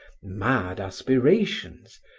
mad aspirations,